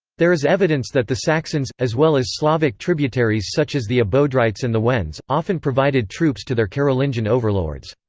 there is evidence that the saxons, as well as slavic tributaries such as the abodrites and the wends, often provided troops to their carolingian overlords.